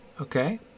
Okay